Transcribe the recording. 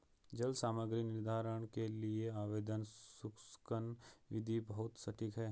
जल सामग्री निर्धारण के लिए ओवन शुष्कन विधि बहुत सटीक है